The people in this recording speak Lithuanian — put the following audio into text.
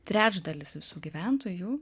trečdalis visų gyventojų